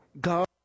god